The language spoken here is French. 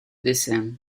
dessin